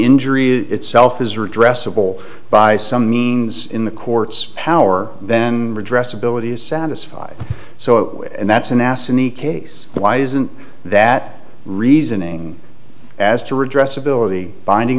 injury itself is redress of all by some means in the court's power then redress ability is satisfied so and that's an ass in the case why isn't that reasoning as to redress ability binding